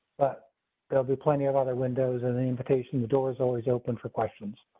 but there'll be plenty of other windows and the invitation, the door's always open for questions.